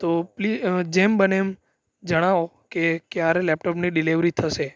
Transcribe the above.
તો પ્લી જેમ બને એમ જણાવો કે ક્યારે લેપટોપની ડિલેવરી થશે